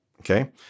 okay